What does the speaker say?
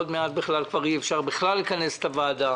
עוד מעט בכלל כבר אי אפשר יהיה לכנס את הוועדה,